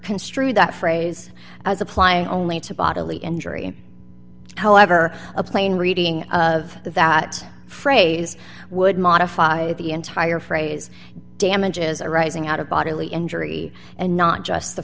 construe that phrase as apply only to bodily injury however a plain reading of that phrase would modify the entire phrase damages arising out of bodily injury and not just the